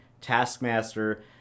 Taskmaster